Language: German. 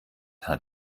hat